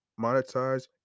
monetize